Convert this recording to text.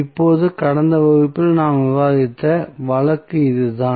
இப்போது கடந்த வகுப்பில் நாங்கள் விவாதித்த வழக்கு இதுதான்